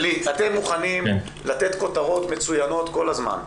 אתם מוכנים לתת כותרות מצוינות כל הזמן,